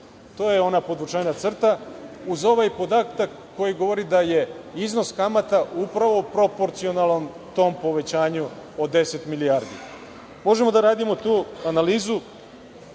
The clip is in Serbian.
To je ona podvučena crta uz onaj podatak koji govori da je iznos kamata upravo proporcionalan tom povećanju od 10 milijardi. Možemo da radimo tu analizu